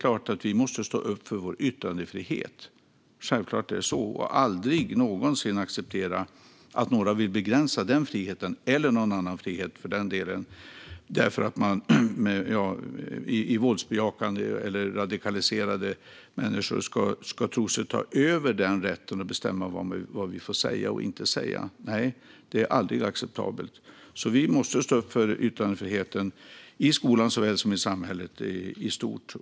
Självfallet måste vi stå upp för vår yttrandefrihet och aldrig någonsin acceptera att någon vill begränsa den, eller någon annan frihet heller för den delen, därför att våldsbejakande eller radikaliserade människor tror sig kunna ta över rätten att bestämma vad vi får säga eller inte säga. Nej, det är aldrig acceptabelt. Vi måste stå upp för yttrandefriheten i skolan såväl som i samhället i stort.